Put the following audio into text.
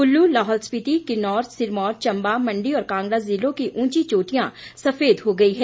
कुल्लू लाहौल स्पिति किन्नौर सिरमौर चम्बा मंडी और कांगड़ा जिलों की ऊंची चोटियां सफेद हो गई है